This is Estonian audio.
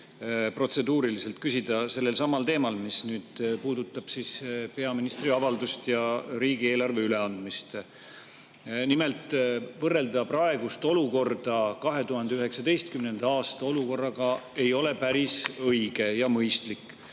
protseduuriliselt küsida sellelsamal teemal, mis puudutab peaministri avaldust ja riigieelarve üleandmist. Nimelt, praegust olukorda 2019. aasta olukorraga võrrelda ei ole päris õige ja mõistlik,